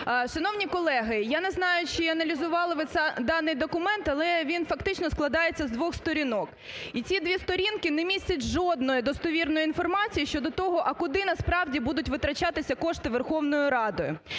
Шановні колеги, я не знаю, чи аналізували ви даний документ, але він фактично складається з двох сторінок. І ці дві сторінки не містять жодної достовірної інформації щодо того, а куди насправді будуть витрачатися кошти Верховною Радою.